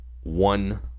one